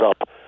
up